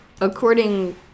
according